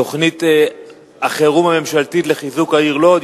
תוכנית החירום הממשלתית לחיזוק העיר לוד.